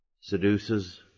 seduces